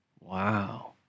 Wow